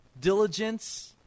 diligence